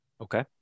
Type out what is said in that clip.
Okay